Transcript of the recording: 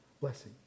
blessing